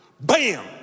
Bam